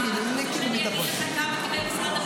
אתה רוצה שאני אגיד לך כמה קיבל משרד הביטחון?